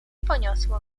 poniosło